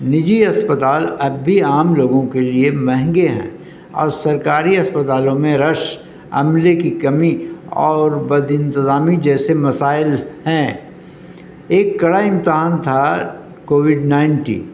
نجی اسپتال اب بھی عام لوگوں کے لیے مہنگے ہیں اور سرکاری اسپتالوں میں رش عملے کی کمی اور بد انتظامی جیسے مسائل ہیں ایک کرا امتحان تھا کووڈ نائنٹین